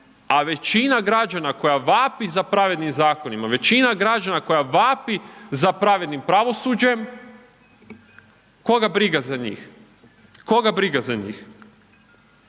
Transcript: a većina građana koja vapi za pravednim zakonima, većina građana koja vapi za pravednim pravosuđem koga briga za njih, koga briga za njih.